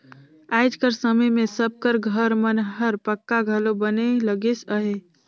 आएज कर समे मे सब कर घर मन हर पक्का घलो बने लगिस अहे